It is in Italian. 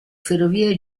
ferrovie